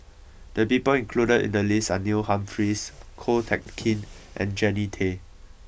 the people included in the list are Neil Humphreys Ko Teck Kin and Jannie Tay